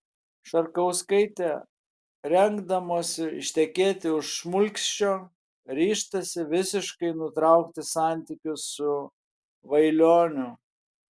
šarkauskaitė rengdamosi ištekėti už šmulkščio ryžtasi visiškai nutraukti santykius su vailioniu